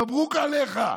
מברוכ עליך.